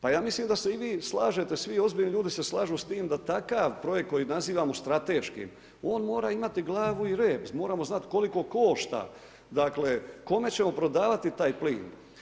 Pa ja mislim da se i vi slažete, svi ozbiljni ljudi se slažu sa time da takav projekt koji nazivamo strateškim, on mora imati glavu i rep, moramo znati koliko košta, dakle kome ćemo prodavati taj plin.